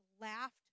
laughed